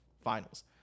finals